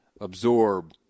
absorb